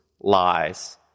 lies